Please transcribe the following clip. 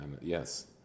Yes